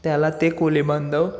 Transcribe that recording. त्याला ते कोळी बांधव